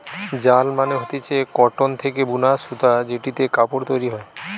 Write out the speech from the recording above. yarn মানে হতিছে cotton থেকে বুনা সুতো জেটিতে কাপড় তৈরী হয়